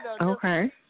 Okay